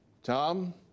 Tom